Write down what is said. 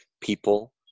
people